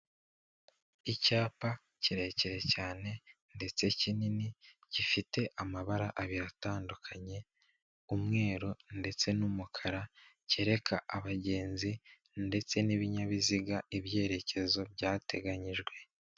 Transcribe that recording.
Icyapa kirekire cyane ndetse kinini, gifite amabara abiri atandukanye, umweru ndetse n'umukara, cyereka abagenzi ndetse n'ibinyabiziga ibyerekezo byateganyijwe.